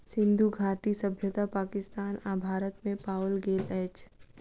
सिंधु घाटी सभ्यता पाकिस्तान आ भारत में पाओल गेल अछि